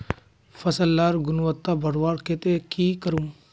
फसल लार गुणवत्ता बढ़वार केते की करूम?